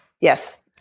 Yes